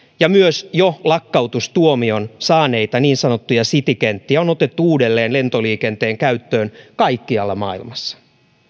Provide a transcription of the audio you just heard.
ja myös jo lakkautustuomion saaneita niin sanottuja citykenttiä on otettu uudelleen lentoliikenteen käyttöön kaikkialla maailmassa